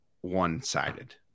one-sided